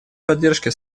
поддержки